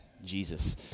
Jesus